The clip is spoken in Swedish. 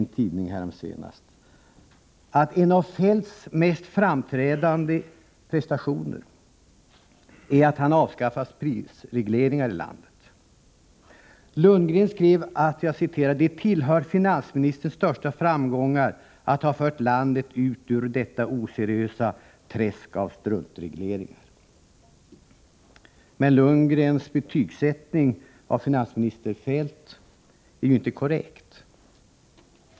Han skrev nyligen i en tidning att till Feldts mest framträdande prestationer hör att han avskaffar prisregleringar i landet. Lundgren skrev att det tillhör finansministerns största framgångar att han har fört landet ut ur detta oseriösa träsk av struntregleringar. Lundgrens betygsättning av finansminister Feldt är emellertid inte korrekt.